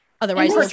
Otherwise